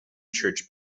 church